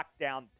lockdown